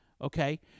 okay